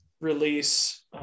release